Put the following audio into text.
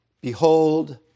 Behold